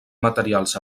materials